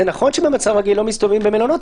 זה נכון שבמצב רגיל לא מסתובבים במלונות,